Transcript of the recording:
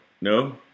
No